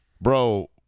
bro